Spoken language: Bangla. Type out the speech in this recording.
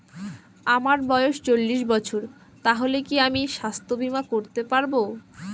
আমার বয়স চল্লিশ বছর তাহলে কি আমি সাস্থ্য বীমা করতে পারবো?